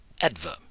Adverb